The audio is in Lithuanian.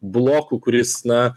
blokų kuris na